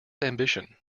ambition